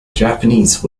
japanese